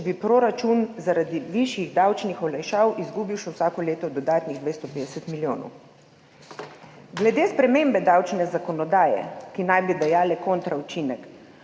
če bi proračun zaradi višjih davčnih olajšav izgubil še vsako leto dodatnih 250 milijonov. Glede sprememb davčne zakonodaje, ki naj bi dajale kontra učinek.